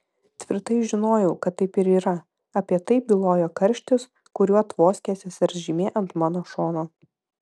tvirtai žinojau kad taip ir yra apie tai bylojo karštis kuriuo tvoskė sesers žymė ant mano šono